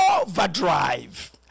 Overdrive